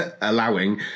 allowing